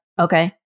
okay